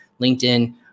LinkedIn